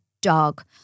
dog